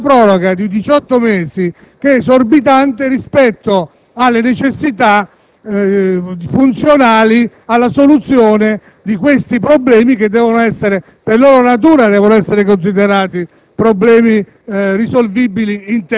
da equilibrare), si prevede una proroga di diciotto mesi che è esorbitante rispetto alle necessità funzionali alla soluzione di questi problemi che devono essere considerati,